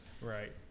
Right